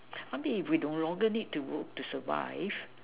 I mean if we no longer need to work to survive